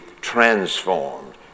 transformed